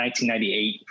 1998